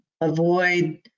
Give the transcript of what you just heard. avoid